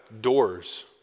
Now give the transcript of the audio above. doors